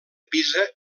pisa